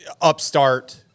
Upstart